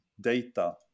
data